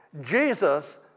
Jesus